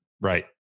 Right